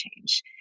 change